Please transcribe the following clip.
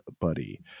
buddy